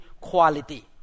quality